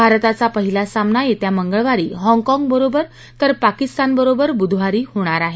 भारताचा पहिला सामना येत्या मंगळवारी हॉंगकॉंगबरोबर तर पाकिस्तानबरोबर बुधवारी होणार आहे